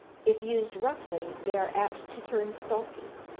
if used roughly, they are apt to turn sulky.